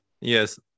Yes